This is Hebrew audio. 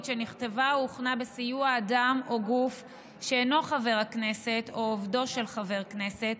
שנכתבה או הוכנה בסיוע אדם או גוף שאינו חבר הכנסת או עובדו של חבר כנסת,